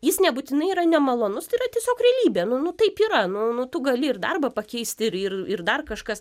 jis nebūtinai yra nemalonus tai yra tiesiog realybė nu nu taip yra nu nu tu gali ir darbą pakeisti ir ir ir dar kažkas